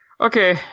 okay